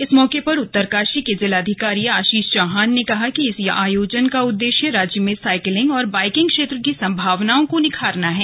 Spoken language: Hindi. इस मौके पर उत्तरकाशी के जिलाधिकारी आशीष चौहान ने कहा कि इस आयोजन का उद्देश्य राज्य में साइकिलिंग और बाइकिंग क्षेत्र की सम्भावनाओं को निखारना है